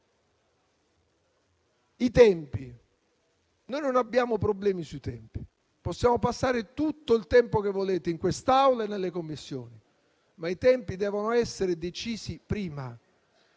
tempi non abbiamo problemi. Possiamo passare tutto il tempo che volete, in quest'Aula e nelle Commissioni, ma i tempi devono essere decisi prima.